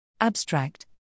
Abstract